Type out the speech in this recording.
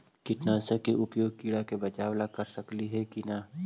कीटनाशक के उपयोग किड़ा से बचाव ल कर सकली हे की न?